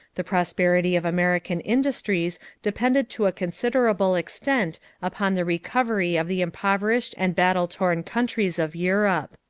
the prosperity of american industries depended to a considerable extent upon the recovery of the impoverished and battle-torn countries of europe.